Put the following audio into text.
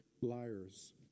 liars